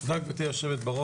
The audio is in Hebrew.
תודה גברתי יו"ר.